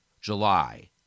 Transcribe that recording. July